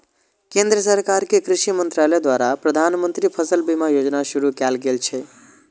केंद्र सरकार के कृषि मंत्रालय द्वारा प्रधानमंत्री फसल बीमा योजना शुरू कैल गेल छै